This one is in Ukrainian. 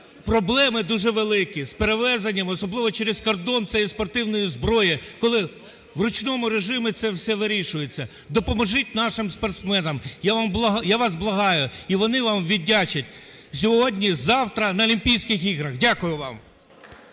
проблеми дуже великі з перевезенням, особливо через кордон цієї спортивної зброї, коли в ручному режимі це все вирішується, допоможіть нашим спортсменам, я вас благаю, і вони вам віддячать сьогодні, завтра на Олімпійських іграх. Дякую вам.